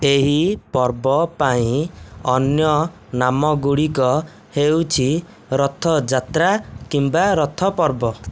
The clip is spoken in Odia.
ଏହି ପର୍ବ ପାଇଁ ଅନ୍ୟ ନାମଗୁଡ଼ିକ ହେଉଛି ରଥ ଯାତ୍ରା କିମ୍ବା ରଥ ପର୍ବ